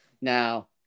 now